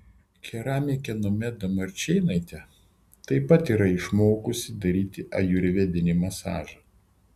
keramikė nomeda marčėnaitė taip pat yra išmokusi daryti ajurvedinį masažą